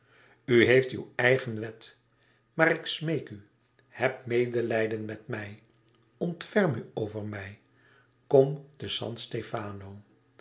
heeft uw eigen wet maar ik smeek u heb medelijden met mij ontferm u over mij kom te san stefano